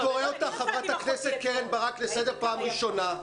חברת הכנסת קרן ברק אני קורא אותך לסדר פעם ראשונה.